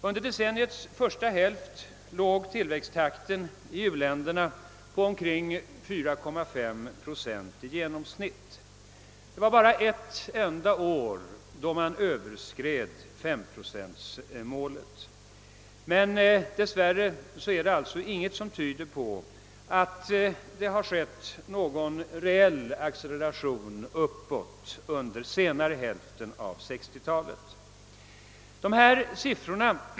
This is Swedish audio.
Under decenniets första hälft låg till växttakten i u-länderna på omkring 4,5 procent i genomsnitt. Bara ett enda år överskred man 5-procentsmålet. Dess värre är det ingenting som tyder på att det skett någon reell acceleration uppåt under senare hälften av 1960-talet.